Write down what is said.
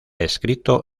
escrito